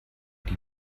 die